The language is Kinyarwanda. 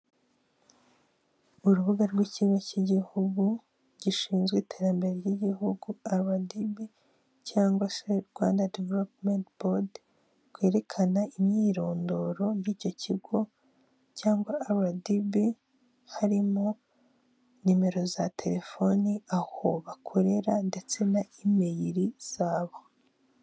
Urubuga rw'ikigo cy'igihugu gishinzwe iterambere ry'igihugu aradibi cyangwa se rwanda diveropmenti bodi rwerekana imyirondoro byicyo kigo cyangwa aradibi harimo nimero za telefoni aho bakorera ndetse na imeri zabo.